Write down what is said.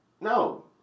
No